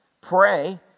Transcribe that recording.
pray